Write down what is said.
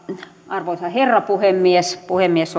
arvoisa herra puhemies puhemies